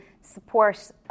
support